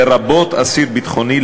לרבות אסיר ביטחוני,